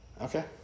Okay